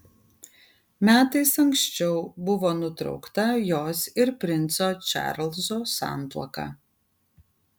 metais anksčiau buvo nutraukta jos ir princo čarlzo santuoka